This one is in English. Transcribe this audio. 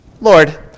Lord